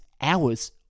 hours